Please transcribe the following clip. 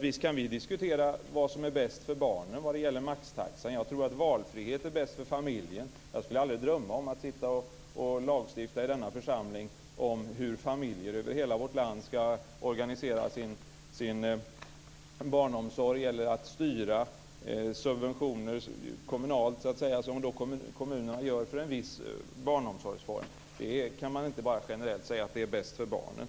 Visst kan vi diskutera vad som är bäst för barnen när det gäller maxtaxan. Jag tror att valfrihet är bäst för familjen. Jag skulle aldrig drömma om att sitta i denna församling och lagstifta om hur familjer över hela vårt land ska organisera sin barnomsorg eller att, som kommunerna gör, styra subventioner kommunalt för en viss barnomsorgsform. Man kan inte säga generellt att det är bäst för barnen.